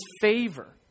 favor